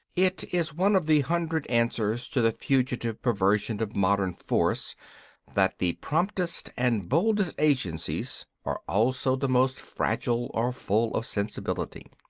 it is one of the hundred answers to the fugitive perversion of modern force that the promptest and boldest agencies are also the most fragile or full of sensibility.